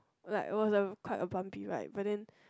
like was quite a bumpy ride but then